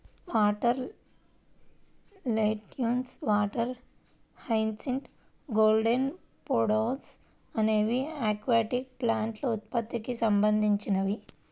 water lettuce, water hyacinth, golden pothos అనేవి aquatic ప్లాంట్ల ఉత్పత్తికి సంబంధించినవి